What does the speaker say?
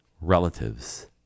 relatives